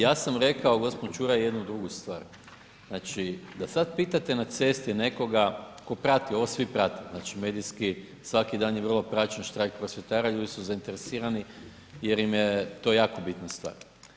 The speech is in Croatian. Ja sam rekao g. Čuraj jednu drugu stvar. znači da sad pitate na cesti nekog tko prati, ovo svi prate, znači medijski svaki dan je vrlo praćen štrajk prosvjetara, ljudi su zainteresirani jer im je to jako bitno stvar.